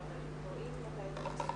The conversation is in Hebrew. ולמורים של